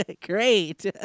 Great